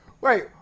Wait